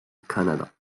canada